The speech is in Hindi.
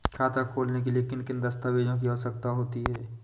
खाता खोलने के लिए किन दस्तावेजों की आवश्यकता होती है?